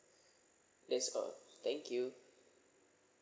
that's all thank you